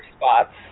spots